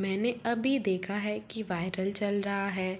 मैंने अभी देखा है कि वायरल चल रहा है